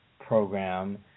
program